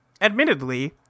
Admittedly